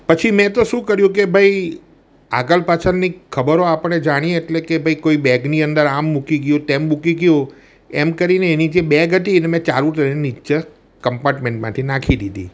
પછી મેં તો શું કર્યું કે ભઈ આગળ પાછળની ખબરો આપણે જાણીયે એટલે કે ભાઈ કોઈ બેગની અંદર આમ મૂકી ગયું તેમ મૂકી ગયું એમ કરીને એની જે બેગ હતી એને મેં ચાલુ ટ્રેન નીચે કંપાર્ટ્મેન્ટમાંથી નાખી દીધી